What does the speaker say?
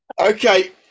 okay